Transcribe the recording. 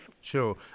sure